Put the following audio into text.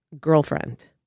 girlfriend